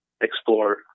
explore